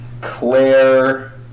Claire